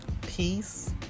peace